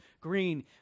green